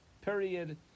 Period